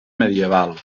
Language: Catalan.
medieval